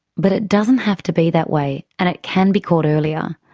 but it doesn't have to be that way and it can be caught earlier.